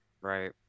right